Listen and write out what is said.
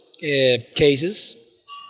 cases